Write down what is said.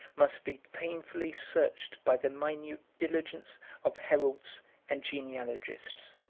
must be painfully searched by the minute diligence of heralds and genealogists.